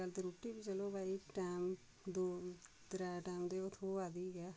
अज्जकल ते रुट्टी बी चलो भाई इक टैम दो त्रै टैम दी थ्होआ दी गै ऐ